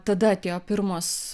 tada atėjo pirmos